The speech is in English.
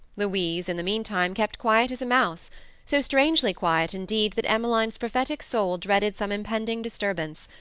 louise, in the meantime, kept quiet as a mouse so strangely quiet, indeed, that emmeline's prophetic soul dreaded some impending disturbance,